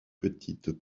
petites